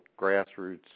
grassroots